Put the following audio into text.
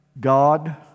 God